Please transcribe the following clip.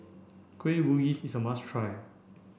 Kueh Bugis is a must try